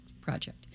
project